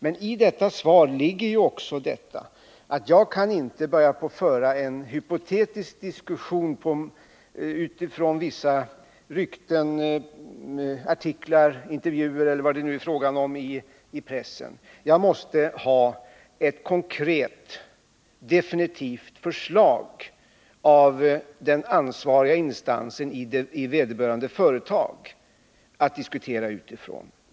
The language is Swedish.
Men i detta svar ligger också att jag inte kan börja föra en hypotetisk diskussion bara utifrån vissa rykten, artiklar, intervjuer eller vad det nu är fråga om i pressen, utan jag måste ha ett konkret och definitivt förslag av den ansvariga instansen i vederbörande företag att diskutera utifrån.